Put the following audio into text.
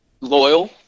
loyal